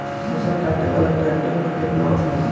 फसल काटे वाला ट्रैक्टर पर केतना ऑफर बा?